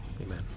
Amen